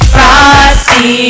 Frosty